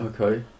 Okay